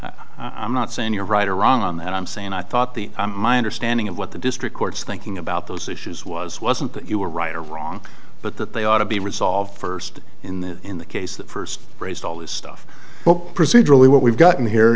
stuff i'm not saying you're right or wrong on that i'm saying i thought the my understanding of what the district court's thinking about those issues was wasn't that you were right or wrong but that they ought to be resolved first in the in the case that first raised all this stuff but procedurally what we've gotten here